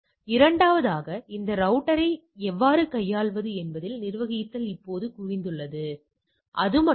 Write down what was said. எனவே வெளிப்படையாக நாம் கணக்கிடும் கை வர்க்க சோதனை புள்ளிவிவரம் இந்த மதிப்பை விட அதிகமாக இருக்க வேண்டும்